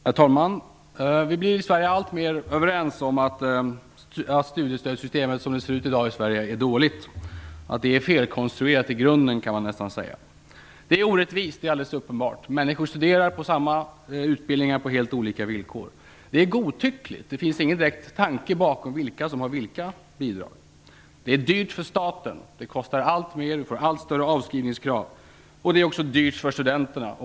Herr talman! Vi blir alltmer överens om att studiestödssystemet som det ser ut i Sverige i dag är dåligt. Det är i grunden felkonstruerat kan man nästan säga. Det är alldeles uppenbart att det är orättvist. Människor studerar på samma utbildningar på helt olika villkor. Det är godtyckligt. Det finns ingen direkt tanke bakom vilka som har vilka bidrag. Det är dyrt för staten. Det kostar alltmer, och vi får allt större avskrivningskrav. Det är också dyrt för studenterna.